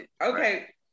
okay